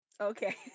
Okay